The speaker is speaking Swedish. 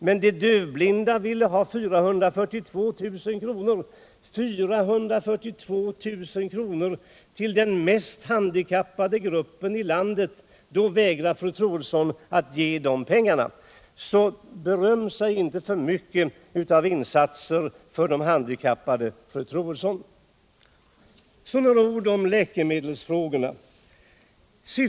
Men de dövblinda ville ha ytterligare 442 000 kr. Till den mest handikappade gruppen i landet vägrar fru Troedsson att ge de pengarna. Så beröm er inte för mycket av insatser för de handikappade, fru Troedsson! Så några ord om läkemedelsfrågorna.